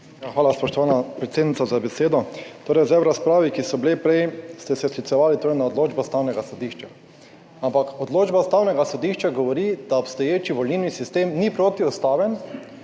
Hvala spoštovana predsednica, za besedo. Torej zdaj v razpravi, ki so bile prej, ste se sklicevali torej na odločbo Ustavnega sodišča, ampak odločba Ustavnega sodišča govori, da obstoječi volilni sistem ni protiustaven